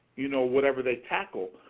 you know, whatever they tackle.